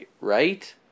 right